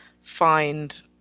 find